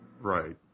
Right